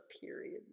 period